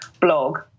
blog